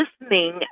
listening